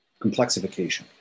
complexification